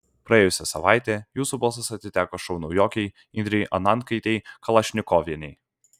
praėjusią savaitę jūsų balsas atiteko šou naujokei indrei anankaitei kalašnikovienei